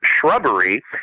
shrubbery